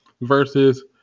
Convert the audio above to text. versus